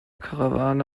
karawane